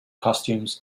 costumes